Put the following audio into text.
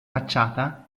facciata